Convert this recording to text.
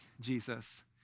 Jesus